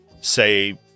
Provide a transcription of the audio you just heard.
Say